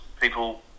people